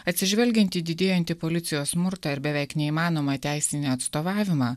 atsižvelgiant į didėjantį policijos smurtą ir beveik neįmanomą teisinį atstovavimą